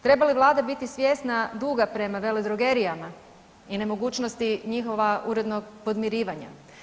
Treba li Vlada biti svjesna duga prema veledrogerijama i nemogućnosti njihova urednog podmirivanja?